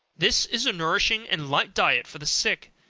this is a nourishing and light diet for the sick,